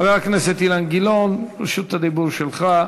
חבר הכנסת אילן גילאון, רשות הדיבור שלך.